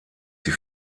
die